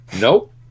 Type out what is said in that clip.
Nope